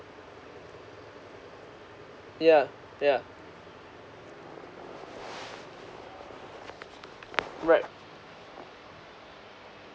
yeah yeah right